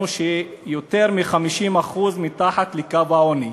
שיותר מ-50% בו מתחת לקו העוני.